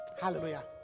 Hallelujah